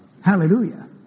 Hallelujah